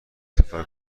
سفر